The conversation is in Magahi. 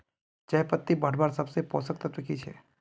चयपत्ति बढ़वार सबसे पोषक तत्व की छे?